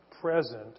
present